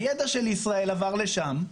הידע של ישראל עבר לשם,